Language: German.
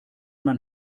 man